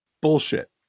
Bullshit